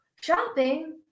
shopping